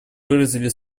выразили